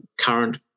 current